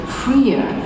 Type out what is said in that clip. freer